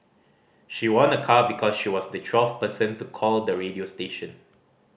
she won a car because she was the twelfth person to call the radio station